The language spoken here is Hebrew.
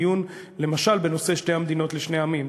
דיון למשל בנושא שתי המדינות לשני עמים.